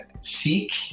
Seek